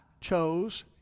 chose